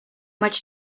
much